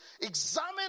examine